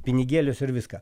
pinigėlius ir viską